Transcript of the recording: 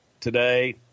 today